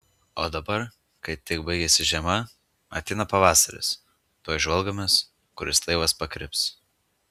o dabar kai tik baigiasi žiema ateina pavasaris tuoj žvalgomės kuris laivas pakryps